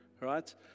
Right